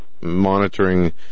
monitoring